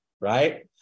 right